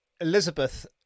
Elizabeth